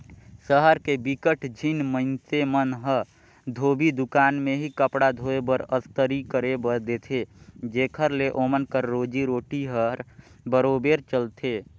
सहर के बिकट झिन मइनसे मन ह धोबी दुकान में ही कपड़ा धोए बर, अस्तरी करे बर देथे जेखर ले ओमन कर रोजी रोटी हर बरोबेर चलथे